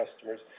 customers